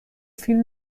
فیلم